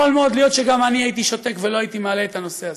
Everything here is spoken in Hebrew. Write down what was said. יכול מאוד להיות שגם אני הייתי שותק ולא הייתי מעלה את הנושא הזה,